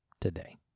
today